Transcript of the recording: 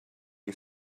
you